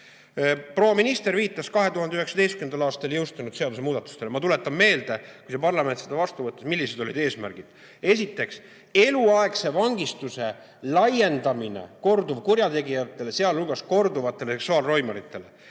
Proua minister viitas 2019. aastal jõustunud seadusemuudatustele. Ma tuletan meelde, kui parlament seda vastu võttis, millised olid eesmärgid. Esiteks, eluaegse vangistuse laiendamine korduvkurjategijatele, sh korduvatele seksuaalroimaritele.